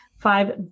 five